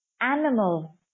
animal